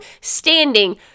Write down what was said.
standing